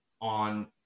on